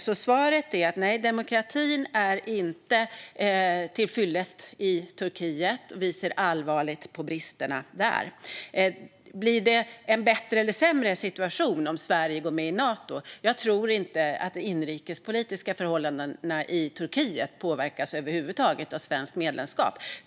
Så svaret är: Nej, demokratin är inte till fyllest i Turkiet, och vi ser allvarligt på bristerna där. Blir det en bättre eller sämre situation om Sverige går med i Nato? Jag tror inte att de inrikespolitiska förhållandena i Turkiet över huvud taget påverkas av ett svenskt medlemskap.